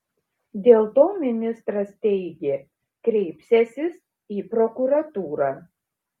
dėl to ministras teigė kreipsiąsis į prokuratūrą